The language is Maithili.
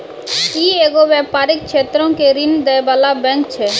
इ एगो व्यपारिक क्षेत्रो के ऋण दै बाला बैंक छै